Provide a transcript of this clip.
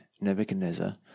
Nebuchadnezzar